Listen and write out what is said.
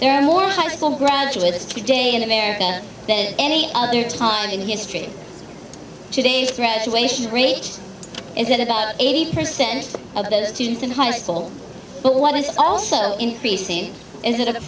there are more high school graduates today in america than any other time in history today's graduation rate is at about eighty percent of those students in high school but what is also increasing